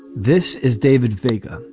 this is david veiga.